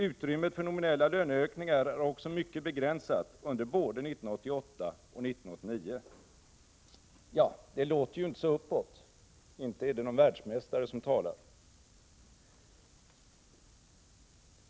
Utrymmet för nominella löneökningar är också mycket begränsat under både 1988 och 1989 Det låter inte så uppåt. Inte är det någon världsmästare som talar.